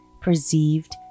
perceived